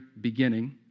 beginning